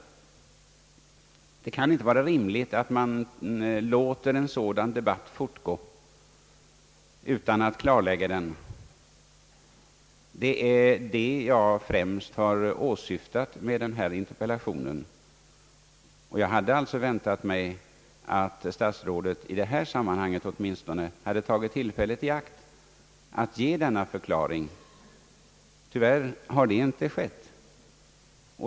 Det kan inte vara rimligt att man låter en sådan debatt fortgå utan att klarlägga förhållandena. Det är det jag främst har åsyftat med min interpellation. Jag hade alltså väntat mig att statsrådet om inte förr så i alla fall i detta sammanhang skulle ha tagit tillfället i akt att åtminstone ge en förklaring. Tyvärr har så inte skett.